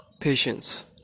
Patience